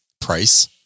price